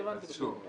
שוב,